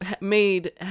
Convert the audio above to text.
made